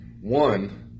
One